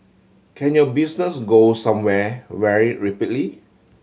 can your business go somewhere very rapidly